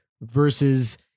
versus